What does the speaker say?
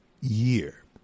year